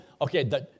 okay